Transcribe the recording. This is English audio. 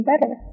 better